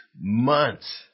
months